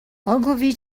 ogilvy